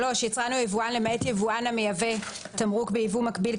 יבואן, למעט יבואן המייבא תמרוק ביבוא מקביל,